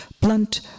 blunt